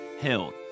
held